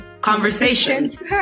conversations